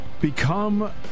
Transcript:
become